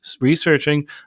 researching